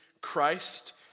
Christ